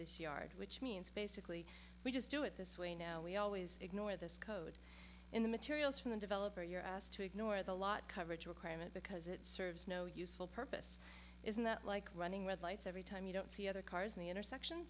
this yard which means basically we just do it this way now we always ignore this code in the materials from the developer you're asked to ignore the lot coverage requirement because it serves no useful purpose isn't that like running red lights every time you don't see other cars in the intersection